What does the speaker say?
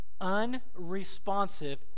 unresponsive